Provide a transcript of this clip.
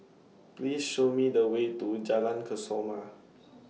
Please Show Me The Way to Jalan Kesoma